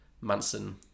Manson